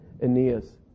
Aeneas